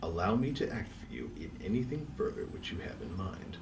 allow me to act for you in anything further which you have in mind.